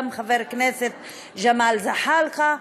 גם חבר הכנסת ג'מאל זחאלקה.